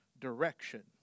direction